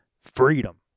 freedom